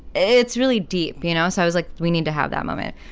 it's really deep, you know. so i was like, we need to have that moment.